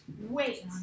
Wait